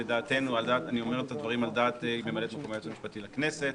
ואני אומר את הדברים על דעת ממלאת מקום היועץ המשפטי לכנסת,